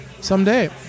someday